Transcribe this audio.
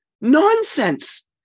nonsense